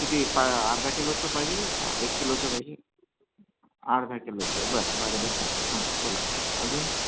किती पा अर्धा किलोचं पाहिजे का एक किलोचं पाहिजे अर्ध्या किलोचं बरं भाज्या पाहिजे हां बोला अजून